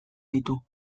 ditu